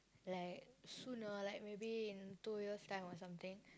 like soon or like maybe in two years time or something